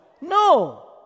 No